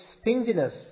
stinginess